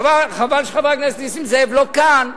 חבל שחבר הכנסת נסים זאב לא כאן,